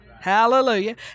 Hallelujah